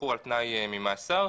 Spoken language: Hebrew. שחרור על תנאי ממאסר,